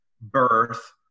birth